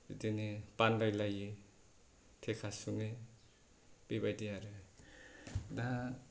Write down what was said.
बिदिनो बानलायलायो थेखा सुङो बेबायदि आरो दा